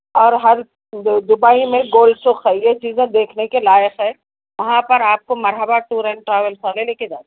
اور ہر وہ دبئی میں گولڈس تو ہئی یہ چیزیں دیکھنے کے لائق ہے وہاں پر آپ کو مرحبا ٹور اینڈ ٹریویل والے لے کے جاتے